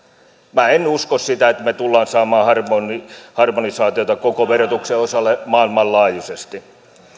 minä en usko sitä että me tulemme saamaan harmonisaatiota koko verotuksen osalle maailmanlaajuisesti